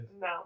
No